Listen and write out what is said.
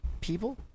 people